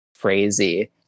crazy